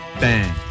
Bang